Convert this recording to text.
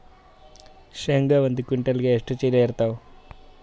ಶೇಂಗಾ ಒಂದ ಕ್ವಿಂಟಾಲ್ ಎಷ್ಟ ಚೀಲ ಎರತ್ತಾವಾ?